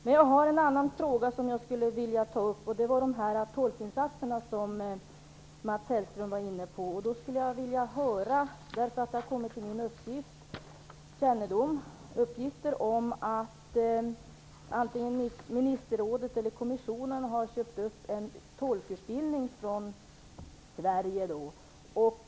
Men jag har en annan fråga som jag skulle vilja ta upp, och det gäller tolkinsatserna, som Mats Hellström var inne på. Det har kommit till min kännedom att antingen ministerrådet eller kommissionen har köpt upp en tolkutbildning från Sverige.